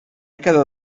dècada